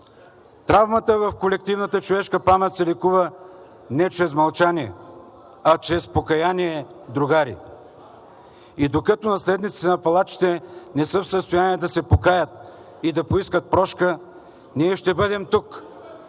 Травмата в колективната човешка памет се лекува не чрез мълчание, а чрез покаяние, другари! И докато наследниците на палачите не са в състояние да се покаят и да поискат прошка, ние ще бъдем тук,